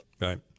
Right